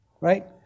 right